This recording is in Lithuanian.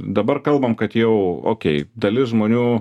dabar kalbam kad jau okei dalis žmonių